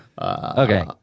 Okay